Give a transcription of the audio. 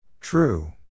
True